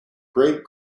great